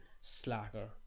slacker